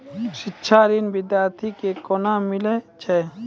शिक्षा ऋण बिद्यार्थी के कोना मिलै छै?